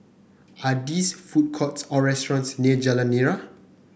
are this food courts or restaurants near Jalan Nira